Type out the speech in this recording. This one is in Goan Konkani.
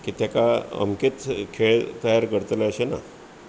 की तेका अमकेत खेळ तयार करतले अशें ना